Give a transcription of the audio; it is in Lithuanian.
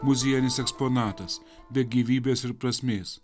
muziejinis eksponatas be gyvybės ir prasmės